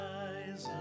eyes